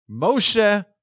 Moshe